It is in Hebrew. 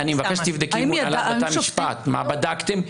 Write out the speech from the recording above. אני מבקש שתבדקי בהנהלת בתי המשפט מה בדקתם,